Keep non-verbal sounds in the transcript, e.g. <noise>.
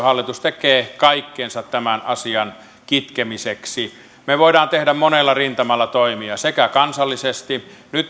<unintelligible> hallitus tekee kaikkensa tämän asian kitkemiseksi me voimme tehdä monella rintamalla toimia kansallisesti nyt